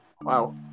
Wow